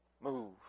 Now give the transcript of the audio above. move